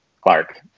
Clark